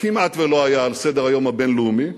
כמעט שלא היה על סדר-היום הבין-לאומי,